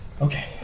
Okay